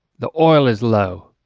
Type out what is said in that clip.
the oil is low.